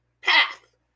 path